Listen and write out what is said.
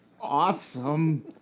awesome